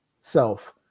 self